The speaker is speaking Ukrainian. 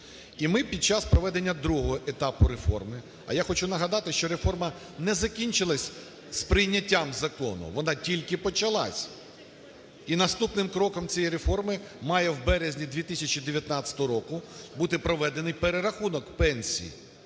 І ми під час проведення другого етапу реформи, а я хочу нагадати, що реформа не закінчилася з прийняттям закону, вона тільки почалася, і наступним кроком цієї реформи має в березні 2019 року бути проведений перерахунок пенсій